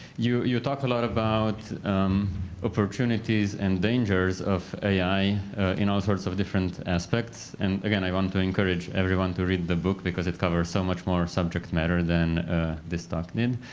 you you talk a lot about opportunities and dangers of ai in all sorts of different aspects. and again, i want to encourage everyone to read the book because it covers so much more subject matter than this talk did.